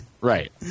Right